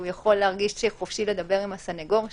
הוא יכול להרגיש חופשי לדבר עם הסנגור שלו?